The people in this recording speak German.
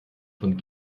von